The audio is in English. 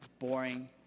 boring